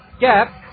gap